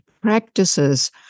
practices